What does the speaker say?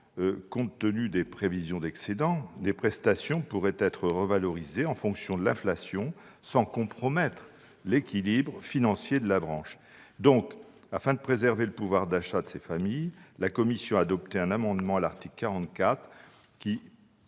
Compte tenu des prévisions d'excédent, les prestations familiales pourraient être revalorisées en fonction de l'inflation sans compromettre l'équilibre financier de la branche. Afin de préserver le pouvoir d'achat des familles, la commission a donc adopté un amendement à l'article 44 qui